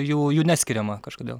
jų jų neskiriama kažkodėl